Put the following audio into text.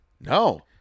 No